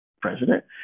president